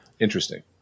interesting